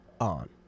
On